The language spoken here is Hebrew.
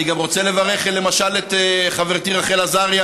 אני גם רוצה לברך למשל את חברתי רחל עזריה,